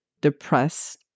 depressed